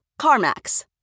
CarMax